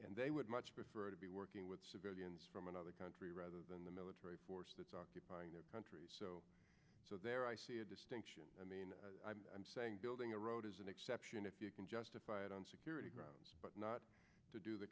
and they would much prefer to be working with civilians from another country rather than the military force that's occupying their country so there i see a distinction and i'm saying building a road is an exception if you can justify it on security grounds but not to do the